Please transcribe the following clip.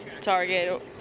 target